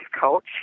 coach